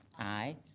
aye.